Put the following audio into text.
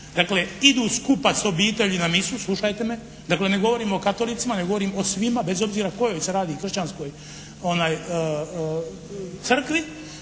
dakle idu skupa s obitelji na misu, slušajte me. Dakle, ne govorim o katolicima nego govorim o svima bez obzira o kojoj se radi kršćanskoj crkvi.